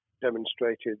demonstrated